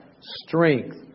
strength